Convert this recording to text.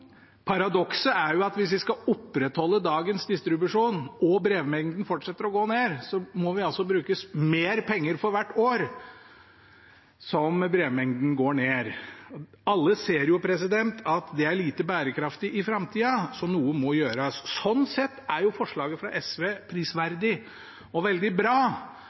Paradokset er at hvis vi skal opprettholde dagens distribusjon og brevmengden fortsetter å gå ned, må vi bruke mer penger for hvert år som brevmengden går ned. Alle ser at det er lite bærekraftig i framtida, så noe må gjøres. Slik sett er forslaget fra SV prisverdig og veldig bra,